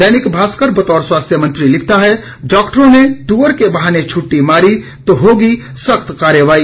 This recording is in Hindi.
दैनिक भास्कर बतौर स्वास्थ्य मंत्री लिखता है डॉक्टरों ने टूअर के बहाने छुट्टी मारी तो सख्त कार्रवाई